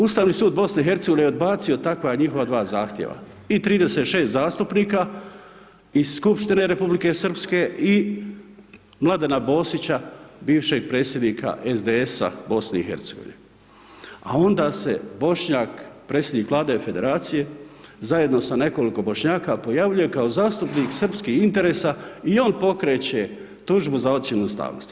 Ustavni sud BiH-a je odbacio takva njihova dva zahtjeva i 36 zastupnika iz Skupštine Republike Srpske i Mladena Bosića, bivše predsjednika SDS-a BiH-a. a onda se Bošnjak, predsjednik Vlade i Federacije, zajedno sa nekoliko Bošnjaka pojavljuje kao zastupnik srpskih interesa i on pokreće tužbu za ocjenu ustavnosti.